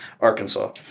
Arkansas